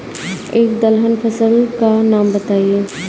एक दलहन फसल का नाम बताइये